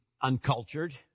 uncultured